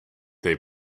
they